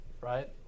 right